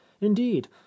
indeed